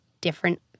different